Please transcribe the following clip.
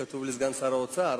כתוב לי, סגן שר האוצר.